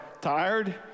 tired